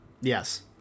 Yes